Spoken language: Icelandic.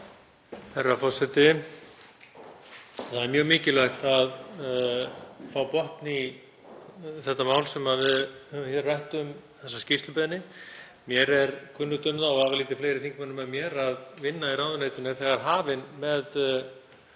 Það er mjög mikilvægt að fá botn í þetta mál sem við höfum rætt, þessa skýrslubeiðni. Mér er kunnugt um það og vafalítið fleiri þingmönnum að vinna í ráðuneytinu er þegar hafin með